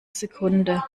sekunde